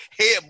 headbutt